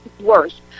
worse